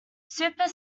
super